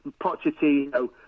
Pochettino